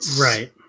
Right